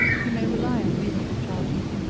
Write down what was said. you may rely on reasonable charges.